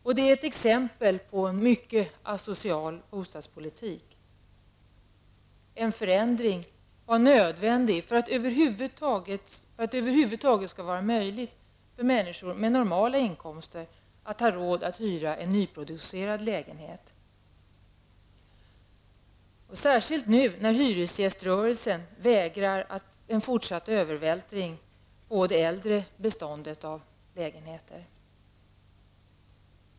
Detta är ett exempel på en mycket asocial bostadspolitik. En förändring är nödvändig för att det över huvud taget skall vara möjligt för människor med normala inkomster att ha råd att hyra en nyproducerad lägenhet. Det är speciellt nödvändig nu, när hyresgäströrelsen vägrar en fortsatt övervältring av kostnader på det äldre beståndet av lägenheter.